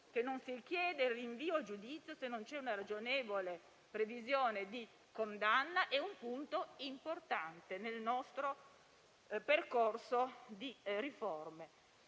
che non si chiede il rinvio a giudizio se non c'è una ragionevole previsione di condanna, è un punto importante nel nostro percorso di riforme.